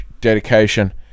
dedication